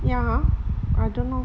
ya !huh! I don't know